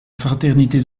fraternité